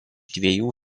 dviejų